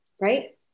right